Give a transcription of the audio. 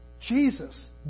Jesus